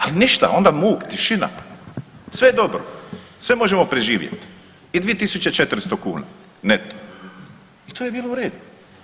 Ali ništa onda muk tišina, sve je dobro, sve možemo preživjet i 2.400 kuna neto i to je bilo u redu.